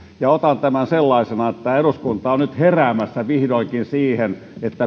ja otan tämän sellaisena että tämä eduskunta on nyt heräämässä vihdoinkin siihen